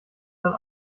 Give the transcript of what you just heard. dann